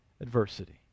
adversity